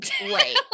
Right